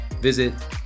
Visit